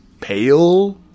pale